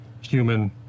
human